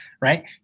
Right